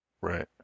Right